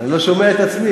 אני לא שומע את עצמי.